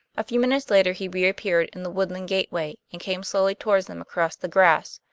a few minutes later he reappeared in the woodland gateway, and came slowly toward them across the grass.